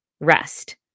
Rest